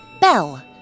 bell